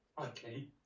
Okay